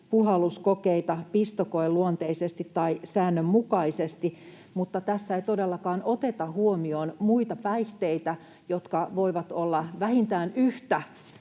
puhalluskokeita pistokoeluonteisesti tai säännönmukaisesti, mutta tässä ei todellakaan oteta huomioon muita päihteitä, jotka voivat olla vähintään yhtä